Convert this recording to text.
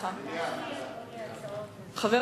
חבר